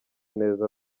ineza